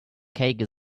cake